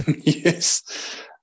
Yes